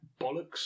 bollocks